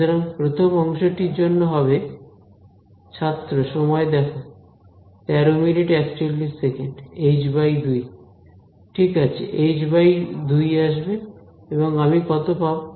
সুতরাং প্রথম অংশটি জন্য হবে h2 ঠিক আছে h2 আসবে এবং আমি কত পাব